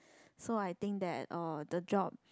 so I think that uh the job